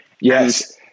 Yes